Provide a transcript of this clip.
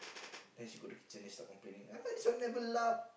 then she go to kitchen then she starting ah how come this one never